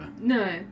No